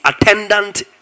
attendant